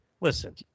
Listen